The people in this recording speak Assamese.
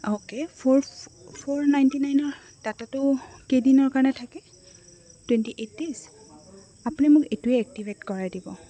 অ'কে ফ'ৰ ফ'ৰ নাইণ্টি নাইনৰ ডাটাটো কেইদিনৰ কাৰণে থাকে টুৱেণ্টি এইটটিজ আপুনি মোক এইটোৱে এক্টিভেট কৰাই দিব